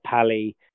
pally